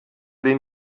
den